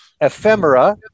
ephemera